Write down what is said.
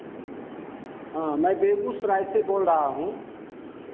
हाँ मैं बेगूसराय से बोल रहा हूँ